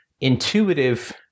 intuitive